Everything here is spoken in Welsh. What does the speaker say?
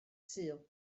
sul